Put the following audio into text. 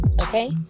Okay